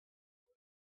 what